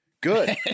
Good